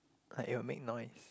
I will make noise